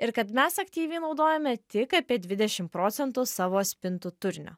ir kad mes aktyviai naudojame tik apie dvidešim procentų savo spintų turinio